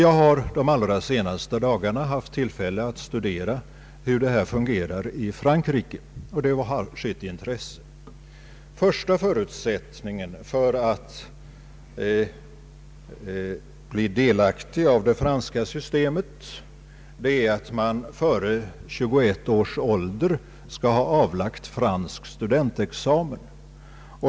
Jag har de allra senaste dagarna haft tillfälle att studera hur detta system fungerar i Frankrike. Första förutsättningen för att bli delaktig av det franska systemet är att man före 21 års ålder skall ha avlagt fransk studentexamen.